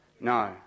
No